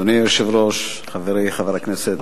אדוני היושב-ראש, חברי חבר הכנסת